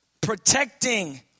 protecting